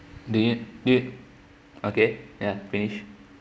they didn't did okay ya finish